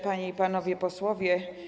Panie i Panowie Posłowie!